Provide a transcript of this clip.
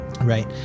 Right